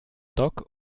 dock